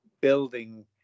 building